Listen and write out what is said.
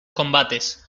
combates